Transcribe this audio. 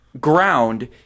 ground